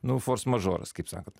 nu fors mažoras kaip sakot